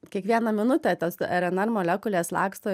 kiekvieną minutę tos rnr molekulės laksto